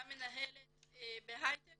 גם מנהלת בהייטק